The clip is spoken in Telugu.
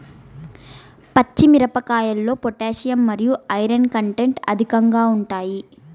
పచ్చి మిరపకాయల్లో పొటాషియం మరియు ఐరన్ కంటెంట్ అధికంగా ఉంటాయి